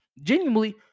Genuinely